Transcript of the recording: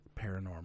paranormal